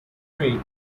trade